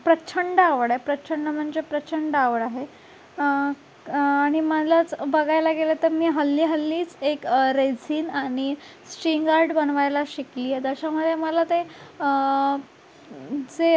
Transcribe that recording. प्रचंड आवड आहे प्रचंड म्हणजे प्रचंड आवड आहे आणि मलाच बघायला गेलं तर मी हल्लीहल्लीच एक रेझिन आणि स्ट्रिंग आर्ट बनवायला शिकली आहे त्याच्यामुळे मला ते जे